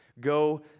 Go